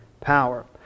power